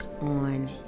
on